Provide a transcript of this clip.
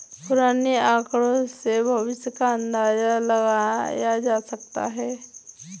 पुराने आकड़ों से भविष्य का अंदाजा लगाया जा सकता है